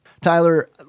Tyler